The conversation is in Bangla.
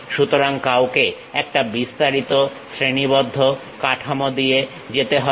সুতরাং কাউকে একটা বিস্তারিত শ্রেণীবদ্ধ কাঠামো দিয়ে যেতে হবে